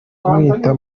kumwita